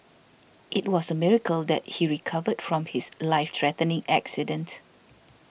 it was a miracle that he recovered from his life threatening accident